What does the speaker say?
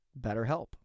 BetterHelp